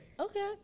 Okay